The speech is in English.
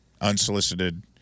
unsolicited